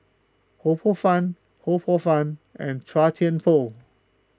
Ho Poh Fun Ho Poh Fun and Chua Thian Poh